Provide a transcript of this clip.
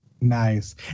Nice